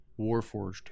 warforged